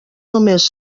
només